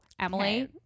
Emily